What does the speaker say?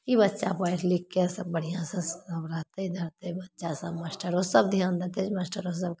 ई बच्चा पढ़ि लिखिके सभ बढ़िआँसे सब रहतै धरतै बच्चासभ मास्टरोसभ धिआन देतै एहि मास्टरोसभकेँ